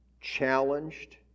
challenged